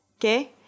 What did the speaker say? Okay